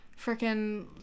freaking